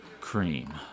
Cream